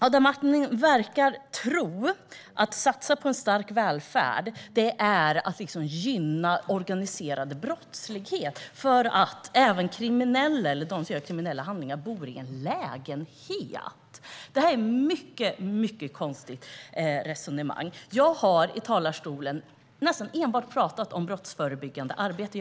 Adam Marttinen verkar tro att man om man satsar på en stark välfärd gynnar organiserad brottslighet. Han säger också att kriminella bor i en lägenhet. Det är ett mycket konstigt resonemang. Jag har i talarstolen nästan enbart pratat om brottsförebyggande arbete.